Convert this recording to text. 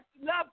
love